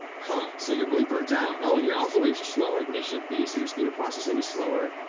but so you're really burnt out. oh, and your alpha waves are slower than they should be so your speed of processing is slower.